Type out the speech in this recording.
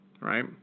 right